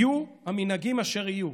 יהיו המנהגים אשר יהיו,